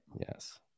Yes